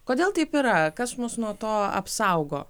kodėl taip yra kas mus nuo to apsaugo